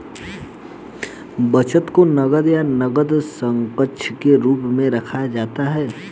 बचत को नकद या नकद समकक्ष के रूप में रखा जाता है